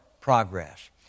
progress